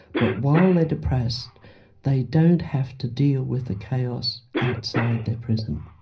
but while they're depressed they don't have to deal with the chaos outside their prison.